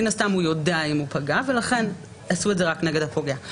מן הסתם הוא יודע אם הוא פגע ולכן עשו את זה רק נגד הפוגע.